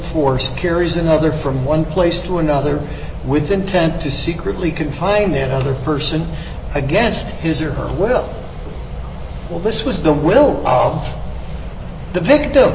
force carries another from one place to another with intent to secretly confine their other person against his or her will all this was the will of the vic